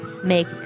make